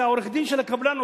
שעורך-הדין של הקבלן,